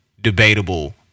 debatable